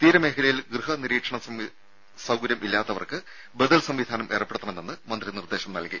തീര മേഖലയിൽ ഗൃഹ നിരീക്ഷണ സൌകര്യമില്ലാത്തവർക്ക് ബദൽ സംവിധാനം ഏർപ്പെടുത്തണെന്ന് മന്ത്രി നിർദ്ദേശം നൽകി